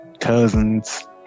cousins